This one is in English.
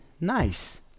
nice